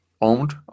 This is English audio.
owned